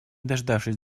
дождавшись